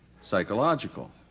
psychological